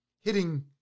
hitting